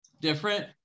different